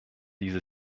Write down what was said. diese